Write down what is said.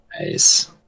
nice